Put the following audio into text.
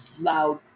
loud